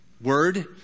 Word